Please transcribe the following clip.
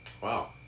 wow